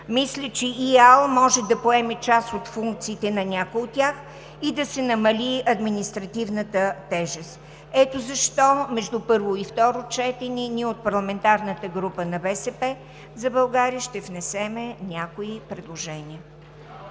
по лекарствата може да поеме част от функциите на някои от тях и да се намали административната тежест. Ето защо между първо и второ четене ние от парламентарната група на „БСП за България“ ще внесем някои предложения.